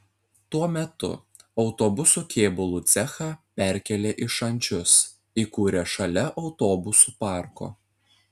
tuo metu autobusų kėbulų cechą perkėlė į šančius įkūrė šalia autobusų parko